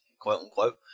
quote-unquote